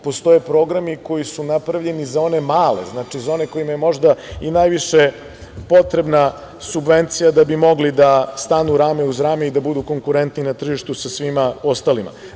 Postoje i programi koji su napravljeni za one male, za one kojima je možda i najviše potrebna subvencija da bi mogli da stanu rame uz rame i da budu konkurentni na tržištu sa svima ostalima.